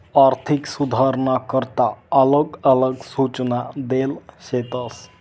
आर्थिक सुधारसना करता आलग आलग सूचना देल शेतस